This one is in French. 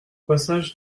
passage